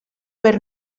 were